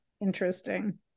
interesting